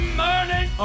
morning